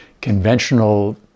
conventional